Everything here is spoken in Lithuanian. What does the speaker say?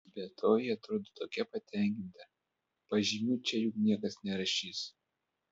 be to ji atrodo tokia patenkinta pažymių čia juk niekas nerašys